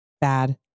Bad